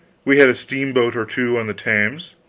we had a steamboat or two on the thames,